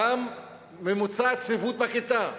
גם ממוצע הצפיפות בכיתה,